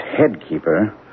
headkeeper